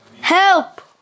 Help